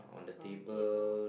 round table